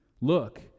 Look